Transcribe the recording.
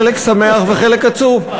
חלק שמח וחלק עצוב,